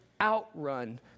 outrun